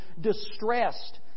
distressed